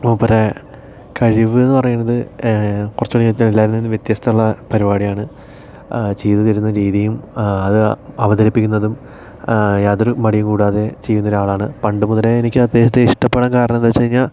മൂപ്പരെ കഴിവെന്നു പറയുന്നത് കുറച്ചുകൂടി എല്ലാവരിൽ നിന്നും വ്യത്യസ്തതയുള്ള പരിപാടിയാണ് ചെയ്തു തരുന്ന രീതിയും അത് അവതരിപ്പിക്കുന്നതും യാതൊരു മടിയും കൂടാതെ ചെയ്യുന്ന ഒരാളാണ് പണ്ടുമുതലേ എനിക്ക് അദ്ദേഹത്തെ ഇഷ്ടപ്പെടാൻ കാരണം എന്താ വച്ചു കഴിഞ്ഞാൽ